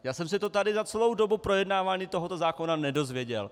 Já jsem se to tady za celou dobu projednávání tohoto zákona nedozvěděl.